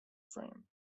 frame